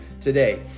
today